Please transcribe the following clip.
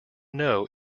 know